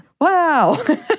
Wow